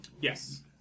Yes